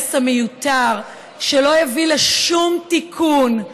ההרס המיותר שלא הביא לשום תיקון,